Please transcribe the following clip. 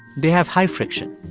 they have high friction.